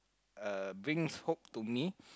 uh brings hope to me